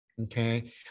okay